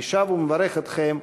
אני שב ומברך אתכם,